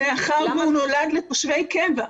מאחר והוא נולד לתושבי קבע.